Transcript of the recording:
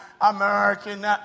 American